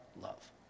love